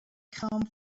come